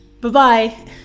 Bye-bye